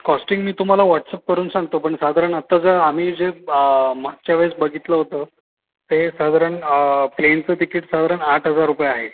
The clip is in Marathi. कॉस्टिंग मी तुम्हाला व्हॉट्सअप करून सांगतो पण साधारण आत्ता जं आम्ही जे मागच्या वेळेस बघितलं होतं ते साधारण प्लेनचं तिकीट साधारण आठ हजार रुपये आहे